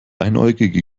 einäugige